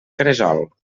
cresol